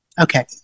Okay